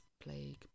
plague